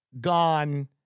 gone